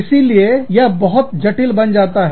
इसीलिए यह बहुत जटिल बन जाता है